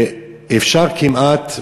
ואפשר כמעט,